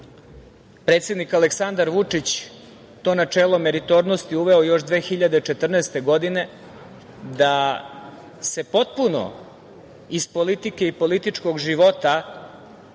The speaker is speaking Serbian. predsednik Aleksandar Vučić to načelo meritornosti uveo još 2014. godine da se potpuno iz politike i političkog života